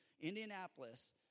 Indianapolis